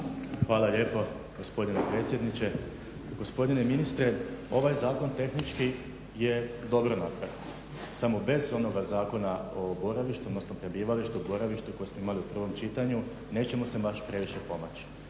Hvala lijepo gospodine predsjedniče. Gospodine ministre, ovaj zakon tehnički je dobro napravljen, samo bez onoga Zakona o boravištu odnosno prebivalištu i boravištu koji smo imali u prvom čitanju nećemo se baš previše pomaći.